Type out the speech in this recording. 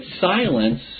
silence